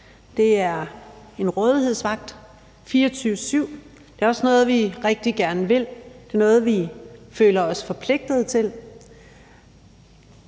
Det er en rådighedsvagt, 24-7, og det er også noget, vi rigtig gerne vil, det er noget, vi føler os forpligtet til.